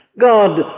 God